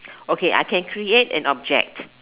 okay I can create an object